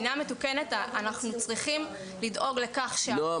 אבל במדינה מתוקנת אנחנו צריכים לדאוג לכך שההורים ------ נועם,